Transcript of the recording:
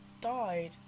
died